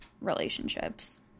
relationships